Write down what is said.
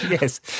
yes